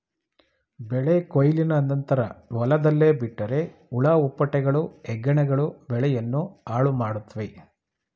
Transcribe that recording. ಬೆಳೆ ಕೊಯ್ಲಿನ ನಂತರ ಹೊಲದಲ್ಲೇ ಬಿಟ್ಟರೆ ಹುಳ ಹುಪ್ಪಟೆಗಳು, ಹೆಗ್ಗಣಗಳು ಬೆಳೆಯನ್ನು ಹಾಳುಮಾಡುತ್ವೆ